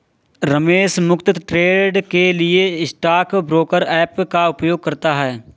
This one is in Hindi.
रमेश मुफ्त ट्रेड के लिए स्टॉक ब्रोकर ऐप का उपयोग करता है